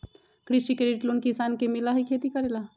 कृषि credit loan किसान के मिलहई खेती करेला?